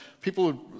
people